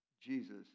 Jesus